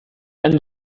and